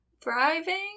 thriving